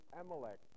Amalek